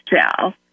cell